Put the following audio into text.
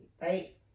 right